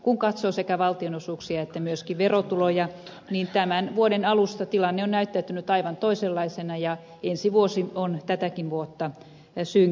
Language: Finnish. kun katsoo sekä valtionosuuksia että myöskin verotuloja tämän vuoden alusta tilanne on näyttäytynyt aivan toisenlaisena ja ensi vuosi on tätäkin vuotta synkempi